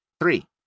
Three